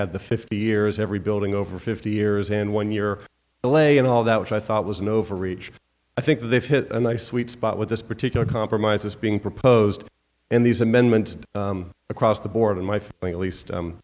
had the fifty years every building over fifty years and one year delay and all that which i thought was an overreach i think they've hit a nice sweet spot with this particular compromise as being proposed in these amendments across the board and my feeling at least